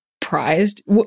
prized